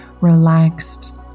relaxed